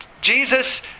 Jesus